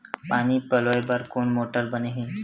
पानी पलोय बर कोन मोटर बने हे?